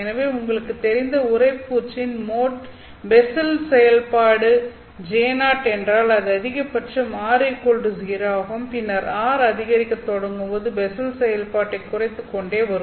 எனவே உங்களுக்குத் தெரிந்த உறைபூச்சின் மோட் பெஸ்ஸல் செயல்பாடு J0 என்றால் அது அதிகபட்சம் r 0 ஆகவும் பின்னர் r அதிகரிக்க தொடங்கும் போதும் பெஸ்ஸல் செயல்பாட்டை குறைகுறைத்துக்கொண்டே வரும்